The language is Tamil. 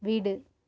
வீடு